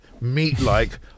meat-like